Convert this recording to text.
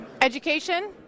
Education